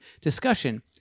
discussion